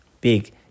Big